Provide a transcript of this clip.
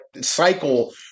cycle